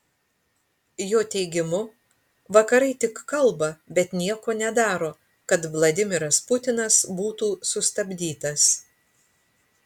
jo teigimu vakarai tik kalba bet nieko nedaro kad vladimiras putinas būtų sustabdytas